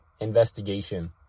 investigation